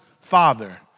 father